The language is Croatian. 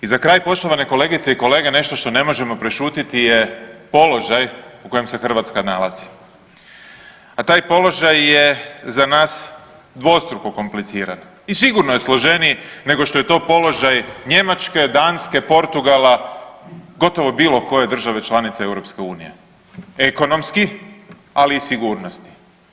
I za kraj poštovane kolegice i kolege nešto što ne možemo prešutjeti je položaj u kojem se Hrvatska nalazi, a taj položaj je za nas dvostruko kompliciran i sigurno je složeniji nego što je to položaj Njemačke, Danske, Portugala, gotovo bilo koje države članice EU ekonomski, ali i sigurnosni.